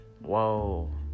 Whoa